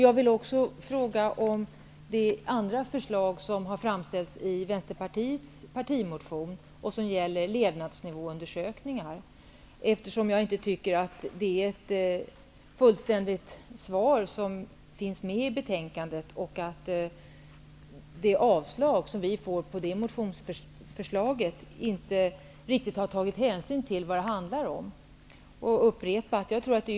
Jag vill också ta upp det andra förslag som har framställts i Vänsterpartiets partimotion och som gäller levnadsnivåundersökningar, eftersom jag inte tycker att vi har fått ett fullständigt svar i betänkandet. Det avslag som vi får på vårt motionsförslag har inte riktigt tagit hänsyn till vad det handlar om.